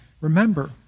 Remember